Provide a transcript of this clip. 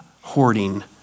hoarding